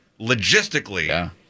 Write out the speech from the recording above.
logistically